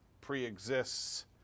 pre-exists